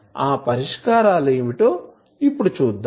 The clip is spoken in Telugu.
ఆ పరిష్కారాలు ఏమిటో చూద్దాం